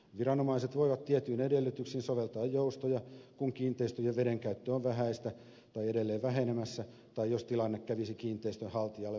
viranomaiset voivat tietyin edellytyksin soveltaa joustoja kun kiinteistöjen vedenkäyttö on vähäistä tai edelleen vähenemässä tai jos tilanne kävisi kiinteistönhaltijalle muutoin kohtuuttomaksi